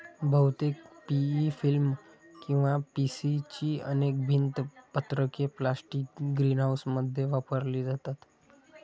बहुतेक PE film किंवा PC ची अनेक भिंत पत्रके प्लास्टिक ग्रीनहाऊसमध्ये वापरली जातात